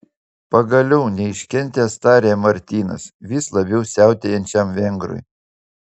pagaliau neiškentęs tarė martynas vis labiau siautėjančiam vengrui